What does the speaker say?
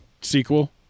sequel